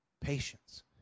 patience